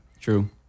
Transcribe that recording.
True